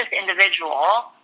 individual